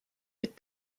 with